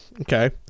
okay